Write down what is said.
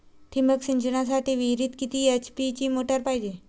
ठिबक सिंचनासाठी विहिरीत किती एच.पी ची मोटार पायजे?